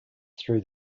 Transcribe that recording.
through